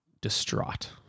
distraught